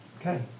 okay